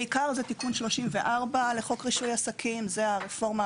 תיקון מס' 34 לחוק רישוי עסקים רפורמת